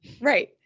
Right